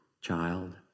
child